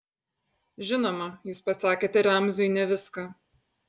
žinoma jūs pasakėte ramziui ne viską